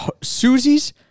Susie's